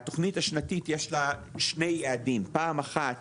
התוכנתה שנתית, יש לה שני יעדים פעם אחת